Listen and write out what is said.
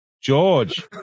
George